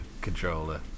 controller